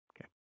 Okay